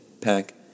Pack